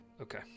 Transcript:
okay